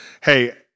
hey